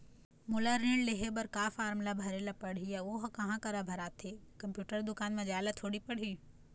मोला ऋण लेहे बर का फार्म ला भरे ले पड़ही अऊ ओहर कहा करा भराथे, कंप्यूटर दुकान मा जाए ला थोड़ी पड़ही?